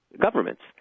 governments